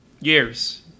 Years